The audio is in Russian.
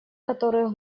который